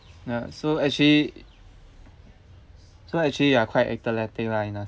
no so actually so actually you are quite athletic lah in a sense